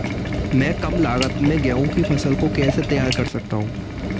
मैं कम लागत में गेहूँ की फसल को कैसे तैयार कर सकता हूँ?